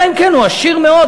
אלא אם כן הוא עשיר מאוד,